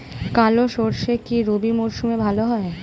কালো সরষে কি রবি মরশুমে ভালো হয়?